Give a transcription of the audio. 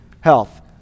health